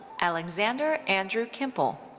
alexander andrew kimpel.